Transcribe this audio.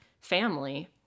family